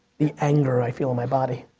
the anger i feel in my body.